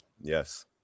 Yes